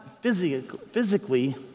physically